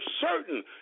certain